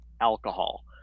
alcohol